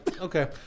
Okay